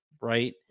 right